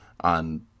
on